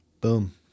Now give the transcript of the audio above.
Boom